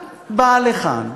את באה לכאן,